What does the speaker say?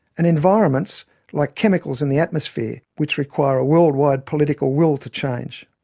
and environments like chemicals in the atmosphere which require a world-wide political will to change.